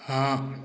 हाँ